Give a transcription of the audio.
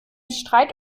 streit